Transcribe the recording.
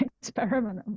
experiment